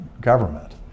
government